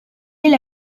est